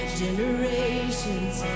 generations